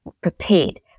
prepared